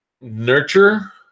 nurture